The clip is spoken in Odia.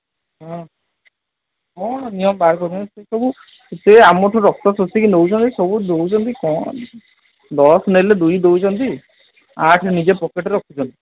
ହଁ ହଁ ନିୟମ ବାହାର କରନ୍ତୁ ସେସବୁ ସେ ଆମଠୁ ରକ୍ତ ଶୋଷିକି ନେଉଛନ୍ତି ସବୁ ଦେଉଛନ୍ତି କ'ଣ ଦଶ ନେଲେ ଦୁଇ ଦେଉଛନ୍ତି ଆଠ ନିଜ ପକେଟ୍ରେ ରଖୁଛନ୍ତି